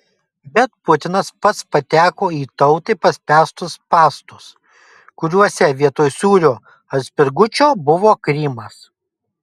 bet putinas pats pateko į tautai paspęstus spąstus kuriuose vietoj sūrio ar spirgučio buvo krymas